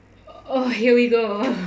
oh here we go